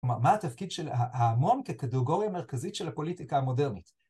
כלומר, מה התפקיד של ההמון כקטגוריה מרכזית של הפוליטיקה המודרנית?